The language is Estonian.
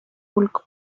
hulk